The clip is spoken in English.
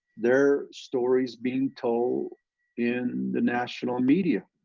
their stories being told in the national media.